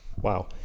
Wow